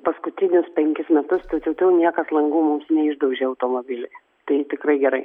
paskutinius penkis metus tfu tfu tfu niekas langų mums neišdaužė automobilyje tai tikrai gerai